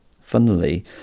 Funnily